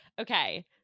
Okay